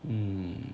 um